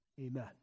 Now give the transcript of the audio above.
amen